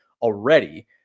already